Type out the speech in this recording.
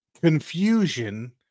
confusion